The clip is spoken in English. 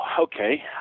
okay